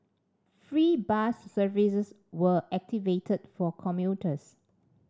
free bus services were activated for commuters